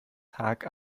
tag